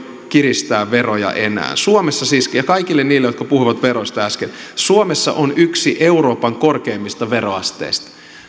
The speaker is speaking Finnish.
kiristää veroja enää suomessa siis tämä kaikille niille jotka puhuivat veroista äsken on yksi euroopan korkeimmista veroasteista